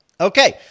Okay